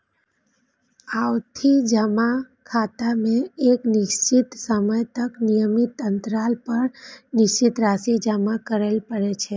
आवर्ती जमा खाता मे एक निश्चित समय तक नियमित अंतराल पर निश्चित राशि जमा करय पड़ै छै